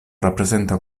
rappresenta